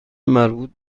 مربوط